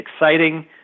exciting